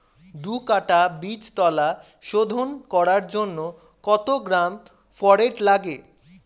দু কাটা বীজতলা শোধন করার জন্য কত গ্রাম ফোরেট লাগে?